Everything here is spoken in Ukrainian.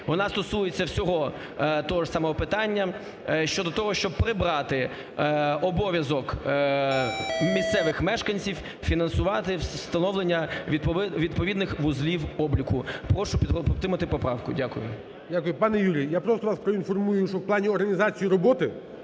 вона стосується всього того ж самого питання щодо того, щоб прибрати обов'язок місцевих мешканців фінансування встановлення відповідних вузлів обліку. Прошу підтримати поправку. Дякую. ГОЛОВУЮЧИЙ. Дякую. Пане Юрій, я просто вас проінформую, що в плані організації роботи